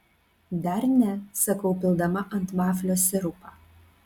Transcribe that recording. dar ne sakau pildama ant vaflio sirupą